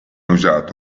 usato